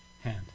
hand